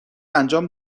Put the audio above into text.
انجام